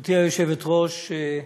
גברתי היושבת-ראש,